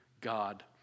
God